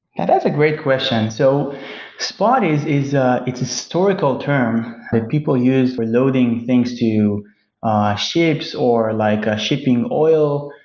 that's a great question. so spot is is ah it's a historical term that people use for loading things to ah ships or like ah shipping oil.